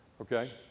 Okay